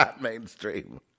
mainstream